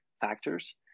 factors